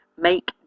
make